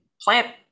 plant